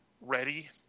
ready